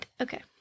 Okay